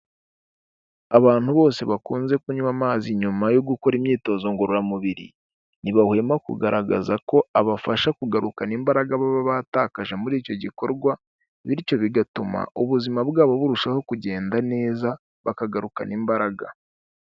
Abantu bose bakunze kunywa amazi nyuma yo gukora imyitozo ngororamubiri, ntibahwema kugaragaza ko abafasha kugarukana imbaraga baba batakaje muri icyo gikorwa, bityo bigatuma ubuzima bwabo burushaho kugenda neza bakagarukana imbaraga.